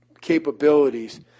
capabilities